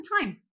time